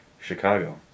Chicago